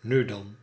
nu dan